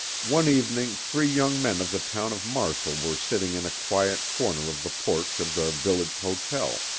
one evening three young men of the town of marshall were sitting in a quiet corner of the porch of the village hotel,